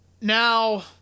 Now